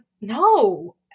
no